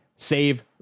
save